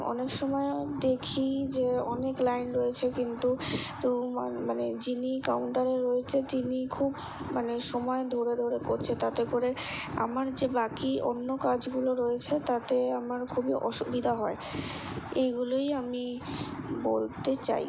অনেক সময়ও দেখি যে অনেক লাইন রয়েছে কিন্তু তবু মান মানে যিনি কাউন্টারে রয়েছে তিনি খুব মানে সময় ধরে ধরে করছে তাতে করে আমার যে বাকি অন্য কাজগুলো রয়েছে তাতে আমার খুবই অসুবিধা হয় এইগুলোই আমি বলতে চাই